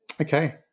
Okay